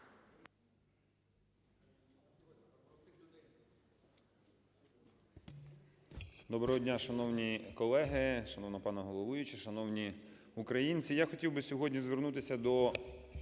Доброго дня, шановні колеги, шановна пані головуюча, шановні українці. Я хотів би сьогодні звернутися до